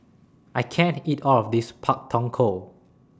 I can't eat All of This Pak Thong Ko